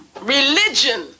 religion